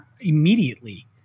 immediately